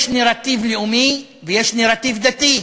יש נרטיב לאומי, ויש נרטיב דתי.